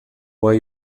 why